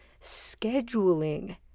scheduling